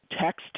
text